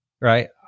Right